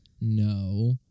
No